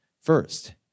first